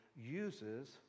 uses